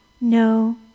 no